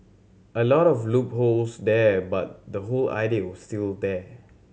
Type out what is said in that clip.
a lot of loopholes there but the whole idea was still there